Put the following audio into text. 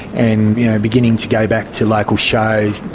and beginning to go back to local shows,